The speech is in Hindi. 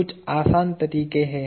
कुछ आसान तरीके हैं